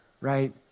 right